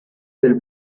del